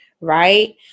right